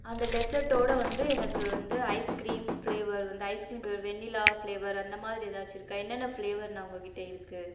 அந்த டெசட்டோடு வந்து எனக்கு வந்து ஐஸ்கிரீம் ஃப்ளேவர் வந்து ஐஸ்கிரீம் ஃப்ளேவர் வெண்ணிலா ஃப்ளேவர் அந்தமாதிரி ஏதாச்சும் இருக்கா என்னென்ன ஃப்ளேவர்ண்ணா உங்ககிட்ட இருக்கும்